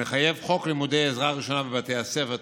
מחייב חוק לימוד עזרה ראשונה בבתי הספר,